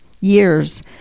years